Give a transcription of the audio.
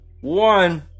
one